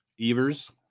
Evers